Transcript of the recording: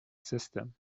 system